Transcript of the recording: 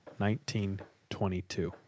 1922